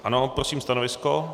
Ano, prosím stanovisko.